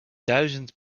duizend